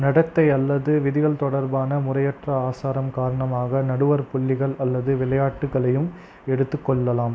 நடத்தை அல்லது விதிகள் தொடர்பான முறையற்ற ஆசாரம் காரணமாக நடுவர் புள்ளிகள் அல்லது விளையாட்டுகளையும் எடுத்துக் கொள்ளலாம்